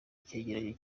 cyegeranyo